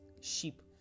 sheep